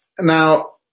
Now